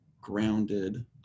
grounded